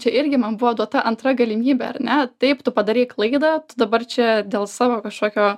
čia irgi man buvo duota antra galimybė ar ne taip tu padarei klaidą tu dabar čia dėl savo kažkokio